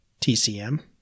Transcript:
TCM